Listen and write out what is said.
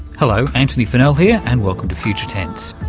hello, antony funnell here, and welcome to future tense.